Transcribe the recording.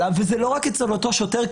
וזה לא רק אצל אותו שוטר.